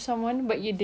you're just like